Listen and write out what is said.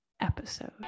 episode